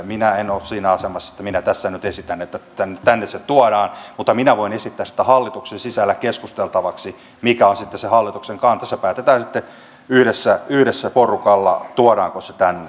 minä en ole siinä asemassa että minä tässä nyt esitän että tänne se tuodaan mutta minä voin esittää sitä hallituksen sisällä keskusteltavaksi että mikä on sitten se hallituksen kanta se päätetään sitten yhdessä porukalla tuodaanko se tänne